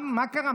מה קרה?